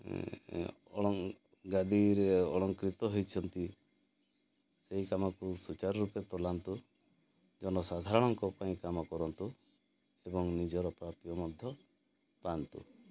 ଗାଦିରେ ଅଳଙ୍କୃତ ହୋଇଛନ୍ତି ସେଇ କାମକୁ ସୁଚାରୁ ରୂପେ ତୁଲାନ୍ତୁ ଜନ ସାଧାରଣଙ୍କ ପାଇଁ କାମ କରନ୍ତୁ ଏବଂ ନିଜର ପ୍ରାପ୍ୟ ମଧ୍ୟ ପାଆନ୍ତୁ